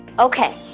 ok,